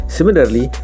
Similarly